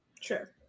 Sure